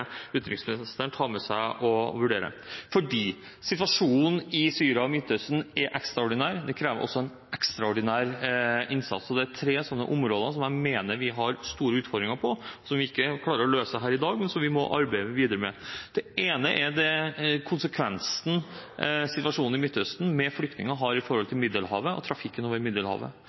utenriksministeren ta med seg og vurdere. Det er fordi situasjonen i Syria og Midtøsten er ekstraordinær. Det krever også en ekstraordinær innsats, så det er tre områder hvor jeg mener vi har store utfordringer, som vi ikke klarer å løse her i dag, men som vi må arbeide videre med. Det ene er hvilke konsekvenser flyktningsituasjonen i Midtøsten har for Middelhavet og trafikken over Middelhavet.